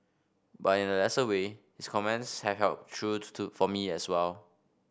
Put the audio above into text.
but in a lesser way his comments have held true to to for me as well